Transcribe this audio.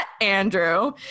Andrew